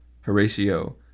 Horatio